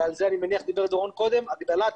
ועל זה אני מניח דיבר קודם דורון, הגדלת